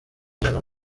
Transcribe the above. ijana